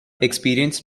experienced